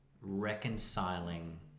reconciling